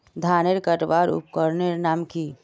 धानेर कटवार उपकरनेर नाम की?